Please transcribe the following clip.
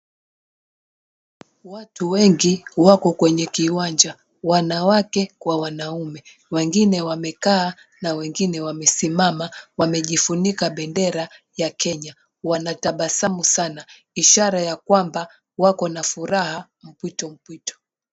Watu wengi wako kwenye kiwanja wanawake kwa wanaume wengine wamekaa na wengine wamesimama wamejifunika bendera ya Kenya, wanatabasamu sana ishara ya kwamba wapo na furaha mpwito mpwito.